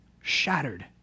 shattered